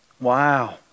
Wow